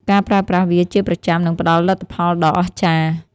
ការប្រើប្រាស់វាជាប្រចាំនឹងផ្ដល់លទ្ធផលដ៏អស្ចារ្យ។